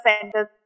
centers